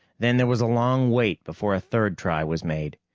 then there was a long wait before a third try was made.